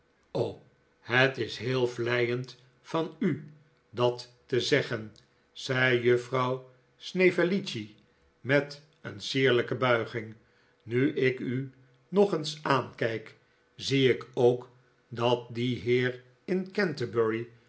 het is heel vleiend van u dat te zegjuffrouw snevellicci gen zei juffrouw snevellicci met een sierlijke buiging nu ik u nog eens aankijk zie ik ook dat die heer in canterbury